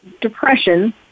depression